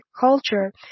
culture